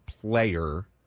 player